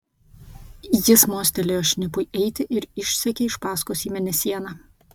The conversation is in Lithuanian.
jis mostelėjo šnipui eiti ir išsekė iš paskos į mėnesieną